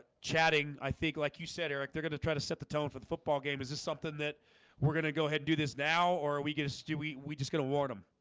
chatting i think like you said eric, they're gonna try to set the tone for the football game is this something that we're gonna go ahead and do this now or are we gonna stewie we just gotta warn them?